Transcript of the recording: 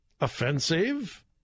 offensive